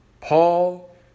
Paul